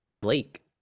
Blake